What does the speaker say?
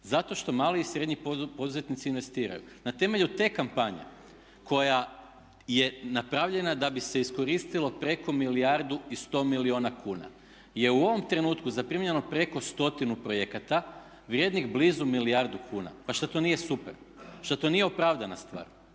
Zato što mali i srednji poduzetnici investiraju. Na temelju te kampanje koja je napravljena da bi se iskoristilo preko milijardu i 100 milijuna kuna je u ovom trenutku zaprimljeno preko 100 projekata vrijednih blizu milijardu kuna. Pa što to nije super? Što to nije opravdana stvar?